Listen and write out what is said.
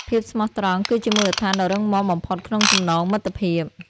ភាពស្មោះត្រង់គឺជាមូលដ្ឋានដ៏រឹងមាំបំផុតក្នុងចំណងមិត្តភាព។